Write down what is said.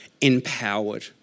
Empowered